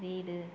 வீடு